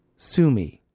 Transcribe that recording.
sue me.